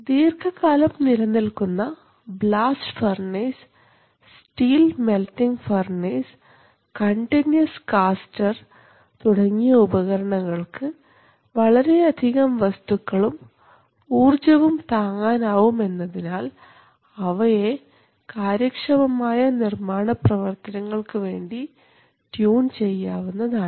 ദീർഘകാലം നിലനിൽക്കുന്ന blast furnace steel melting furnace continuous caster തുടങ്ങിയ ഉപകരണങ്ങൾക്ക് വളരെയധികം വസ്തുക്കളും ഊർജ്ജവും താങ്ങാനാവും എന്നതിനാൽ അവയെ കാര്യക്ഷമമായ നിർമ്മാണ പ്രവർത്തനങ്ങൾക്ക് വേണ്ടി ട്യൂൺ ചെയ്യാവുന്നതാണ്